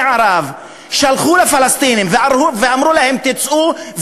ערב שלחו לפלסטינים ואמרו להם לצאת,